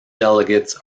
delegates